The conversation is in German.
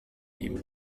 ihm